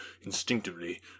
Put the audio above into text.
instinctively